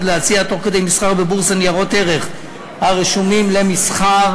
להציע תוך כדי מסחר בבורסה ניירות ערך הרשומים למסחר,